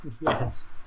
Yes